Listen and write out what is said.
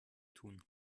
tun